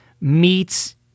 meets